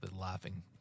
laughing